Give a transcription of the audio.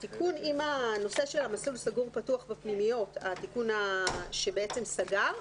המסלול הסגור והפתוח בפנימיות, התיקון שסגר,